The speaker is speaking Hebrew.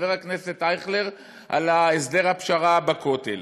חבר הכנסת אייכלר על הסדר הפשרה בכותל.